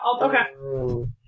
okay